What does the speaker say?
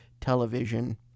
television